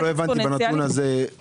רק לא הבנתי בנתון הזה,